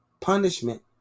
punishment